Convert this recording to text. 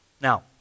Now